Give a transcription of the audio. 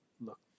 look